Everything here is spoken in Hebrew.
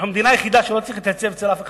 אנחנו המדינה היחידה שלא צריך להתייצב אצל אף אחד,